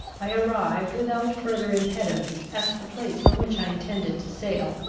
i arrived without further impediment at the place from which i intended to sail,